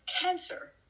cancer